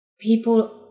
People